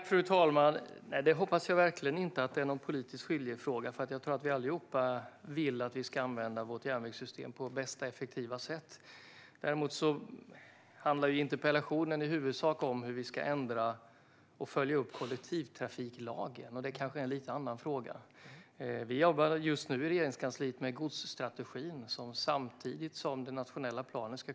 Fru talman! Jag hoppas verkligen inte att det är en politisk skiljefråga. Jag tror att alla vill att vårt järnvägssystem ska användas på det bästa och mest effektiva sättet. Däremot handlar interpellationen i huvudsak om hur vi ska ändra och följa upp kollektivtrafiklagen. Det är en lite annan fråga. I Regeringskansliet jobbar vi nu med godsstrategin, som ska kunna presenteras samtidigt som den nationella planen.